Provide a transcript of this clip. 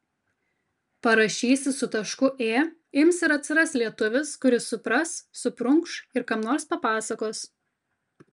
parašysi su tašku ė ims ir atsiras lietuvis kuris supras suprunkš ir kam nors papasakos